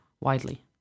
widely